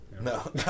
No